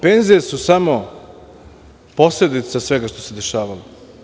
Penzije su samo posledica svega što se dešavalo.